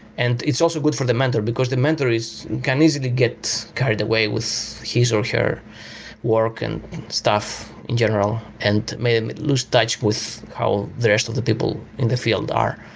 and it's also good for the mentor, because the mentor can easily get carried away with his or her work and stuff in general and may may lose touch with how the rest of the people in the field are.